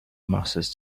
masters